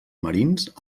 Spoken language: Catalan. marins